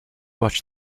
watch